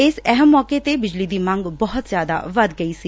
ਇਸ ਅਹਿਮ ਸੌਕੇ ਬਿਜਲੀ ਦੀ ਮੰਗ ਬਹੁਤ ਜ਼ਿਆਦਾ ਵੱਧ ਗਈ ਸੀ